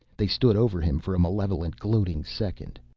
they stood over him for a malevolent, gloating second.